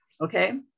okay